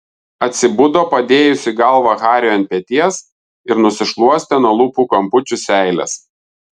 atsibudo padėjusi galvą hariui ant peties ir nusišluostė nuo lūpų kampučių seiles